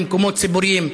במקומות ציבוריים.